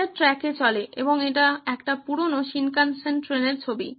এটি ট্র্যাকে চলে এবং এটি একটি পুরানো শিনকানসেন ট্রেনের ছবি